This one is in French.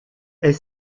est